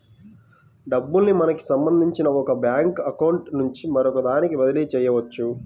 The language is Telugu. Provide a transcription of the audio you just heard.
డబ్బుల్ని మనకి సంబంధించిన ఒక బ్యేంకు అకౌంట్ నుంచి మరొకదానికి బదిలీ చెయ్యొచ్చు